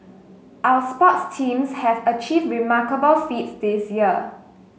our sports teams have achieved remarkable feats this year